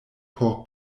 por